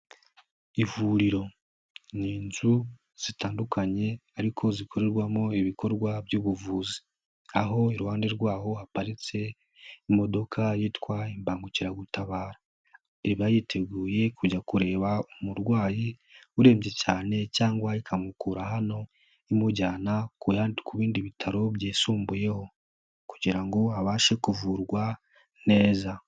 Ivuriro ni inzu zitandukanye ariko zikorerwamo ibikorwa by'ubuvuzi, aho iruhande rwaho haparitse imodoka yitwa imbangukiragutabaraba, iba yiteguye kujya kureba umurwayi urembye cyane cyangwa ikamukura hano imujyana ku bindi bitaro byisumbuyeho kugira ngo abashe kuvurwa neza.